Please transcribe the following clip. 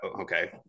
okay